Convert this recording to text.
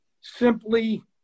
simply